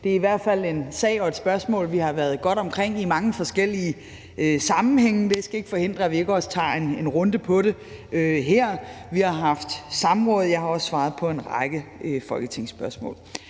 Det er i hvert fald en sag og et spørgsmål, vi har været godt omkring i mange forskellige sammenhænge. Det skal ikke forhindre, at vi også tager en runde om det her. Vi har haft samråd. Jeg har også svaret på en række folketingsspørgsmål.